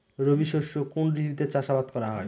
রবি শস্য কোন ঋতুতে চাষাবাদ করা হয়?